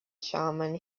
shaman